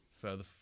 further